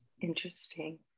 interesting